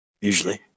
usually